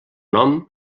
nom